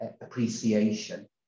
appreciation